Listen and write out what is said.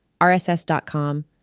RSS.com